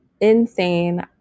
Insane